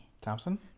Thompson